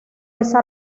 esa